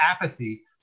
apathy